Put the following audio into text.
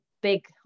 big